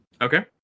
Okay